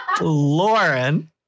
Lauren